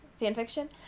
fanfiction